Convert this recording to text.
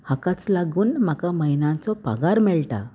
हाकाच लागून म्हाका म्हयन्यांचो पागार मेळटा